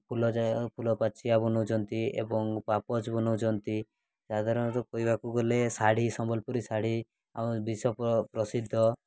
ଫୁଲ ଫୁଲ ପାଚିଆ ବନାଉଛନ୍ତି ଏବଂ ପାଓପୋଛ୍ ବନାଉଛନ୍ତି ସାଧାରଣତଃ କହିବାକୁ ଗଲେ ଶାଢ଼ୀ ସମ୍ବଲପୁରୀ ଶାଢ଼ୀ ଆମ ବିଶ୍ଵ ପ୍ରସିଦ୍ଧ